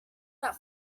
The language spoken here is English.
that